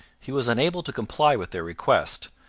he was unable to comply with their request,